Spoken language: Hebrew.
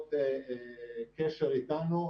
רוצות קשר איתנו,